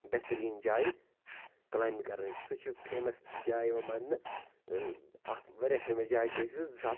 بہتریٖن جایہِ کٕلاینٛبنٛگ کرنٕچۍ سُہ چھِ فیمَس جاے یِوان ماننہٕ ٲں اَکھ واریاہ فیمَس جاے گٔے سۄ زٕ ساس